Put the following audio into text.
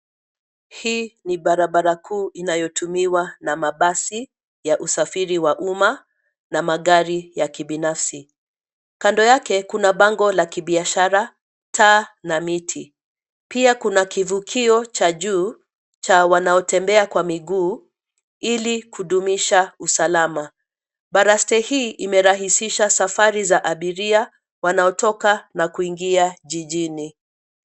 Hii ni barabara kuu inayotumiwa na mabasi, ya usafiri wa umma, na magari ya kibinafsi, kando yake kuna bango la kibiashara, taa na miti, pia kuna kivukio cha juu, cha wanaotembea kwa miguu, ilikudumisha usalama, baraste hii imerahisisha safari za abiria, wanaotoka na kuingia jijini.